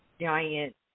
giant